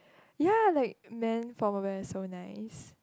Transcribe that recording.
ya like man formal wear is so nice